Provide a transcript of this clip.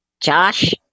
josh